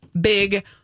big